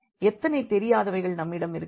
எத்தனை தெரியாதவைகள் நம்மிடம் இருக்கிறது